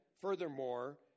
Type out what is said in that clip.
furthermore